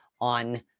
on